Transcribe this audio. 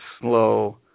slow